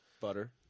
Butter